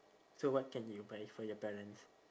so what can you buy for your parents